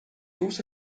also